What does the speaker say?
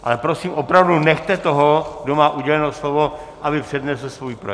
Ale prosím opravdu nechte toho, kdo má uděleno slovo, aby přednesl svůj projev.